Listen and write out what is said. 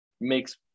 makes